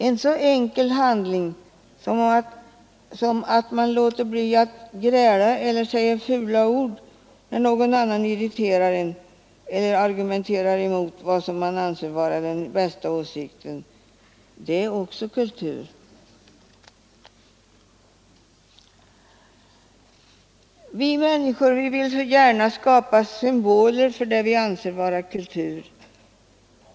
Något så enkelt som att man låter bli att gräla eller säga fula ord när någon irriterar en eller argumenterar emot vad man anser vara den bästa åsikten, det är också kultur. Vi människor vill så gärna skapa oss symboler för det vi anser vara kultur.